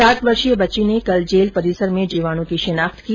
सात वर्षीय बच्ची ने कल जेल परिसर में जीवाणु की शिनाख्त की